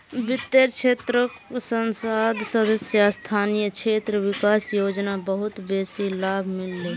वित्तेर क्षेत्रको संसद सदस्य स्थानीय क्षेत्र विकास योजना बहुत बेसी लाभ मिल ले